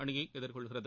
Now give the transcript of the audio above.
அணியை எதிர்கொள்கிறது